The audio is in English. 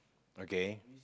okay